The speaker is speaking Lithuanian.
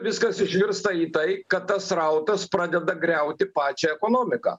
viskas išvirsta į tai kad tas srautas pradeda griauti pačią ekonomiką